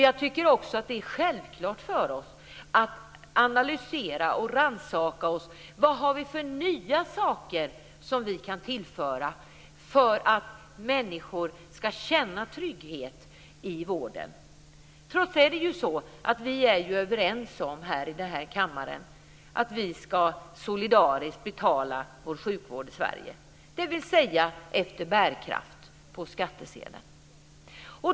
Jag tycker också att det är självklart för oss att analysera och rannsaka oss: Vad har vi för nya saker som vi kan tillföra för att människor ska känna trygghet i vården? Trots allt är vi överens i den här kammaren om att vi ska betala vår sjukvård solidariskt i Sverige, dvs. efter bärkraft, på skattsedeln.